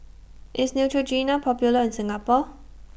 IS Neutrogena Popular in Singapore